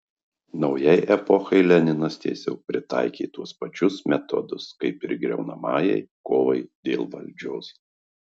naujai epochai leninas tiesiog pritaikė tuos pačius metodus kaip ir griaunamajai kovai dėl valdžios